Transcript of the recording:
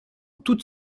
toute